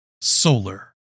Solar